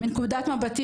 מנקודת מבטי,